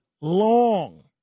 long